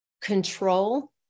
control